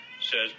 says